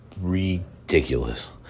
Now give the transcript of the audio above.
ridiculous